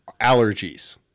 allergies